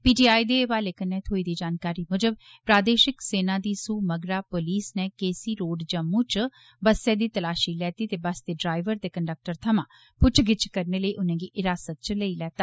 PTI दे हवाले कन्नै थ्होई दी जानकारी मूजब प्रादेशिक सेना दी सूह मगरा पुलस नै के सी रोड जम्मू च बस दी तलाशी लैती ते बस दे डरैवर ते कंडक्टर थमां पुच्छ गिच्छ करने लेई उनेंगी हिरासत च लेई लैता